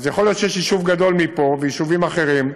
אז יכול להיות שיש יישוב גדול יותר ויישובים אחרים,